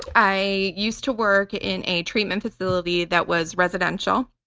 i used to work in a treatment facility that was residential.